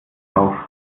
auf